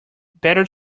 better